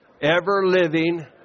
ever-living